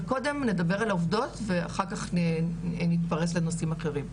אבל קודם נדבר על העובדות ואחר כך נתפרס לנושאים אחרים.